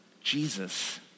Jesus